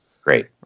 Great